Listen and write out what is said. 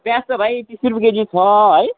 प्याज त भाइ तिस रुपियाँ केजी छ है